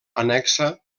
annexa